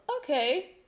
Okay